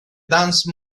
dance